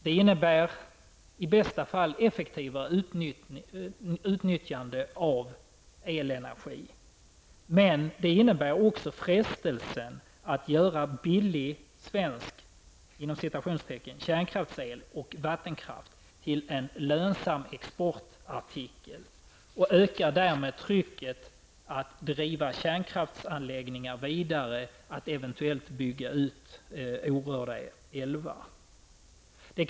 Den innebär i bästa fall effektivare utnyttjande av elenergi, men också frestelsen att göra ''billig'' svensk kärnkraftsel och vattenkraft till en lönsam exportartikel. Därmed ökas trycket att driva kärnkraftsanläggningar vidare och att eventuellt bygga ut orörda älvar.